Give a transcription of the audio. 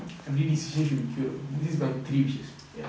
every diseases should cure he's my three wishes